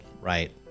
right